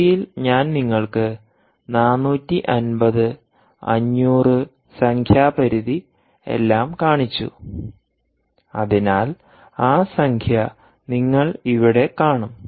സിയിൽ ഞാൻ നിങ്ങൾക്ക് 450 500 സംഖ്യ പരിധി എല്ലാം കാണിച്ചു അതിനാൽ ആ സംഖ്യ നിങ്ങൾ ഇവിടെ കാണും